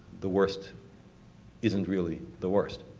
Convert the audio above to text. the worst isn't really the worst.